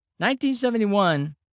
1971